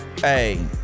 Hey